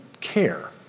care